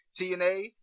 tna